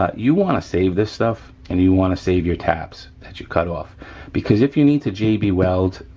ah you wanna save this stuff and you wanna save your tabs that you cut off because if you need to j b weld,